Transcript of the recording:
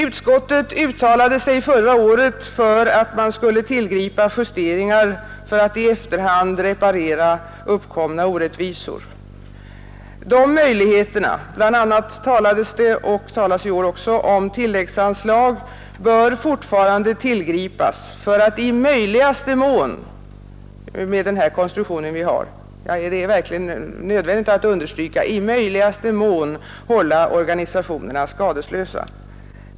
Utskottet uttalade sig förra året för att man skulle tillgripa justeringar för att i efterhand reparera uppkomna orättvisor. De möjligheterna, bl.a. talades det då om tilläggsanslag, bör fortfarande tillgripas för att med den konstruktion vi har i möjligaste mån hålla organisationerna skadeslösa.